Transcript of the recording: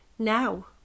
now